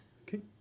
Okay